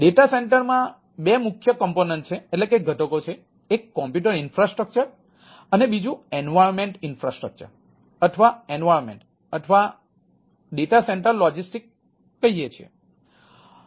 data centre બે મુખ્ય ઘટકો કહીએ છીએ